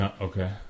Okay